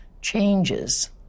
changes